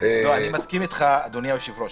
אדוני היושב-ראש,